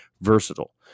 versatile